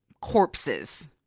corpses